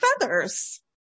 feathers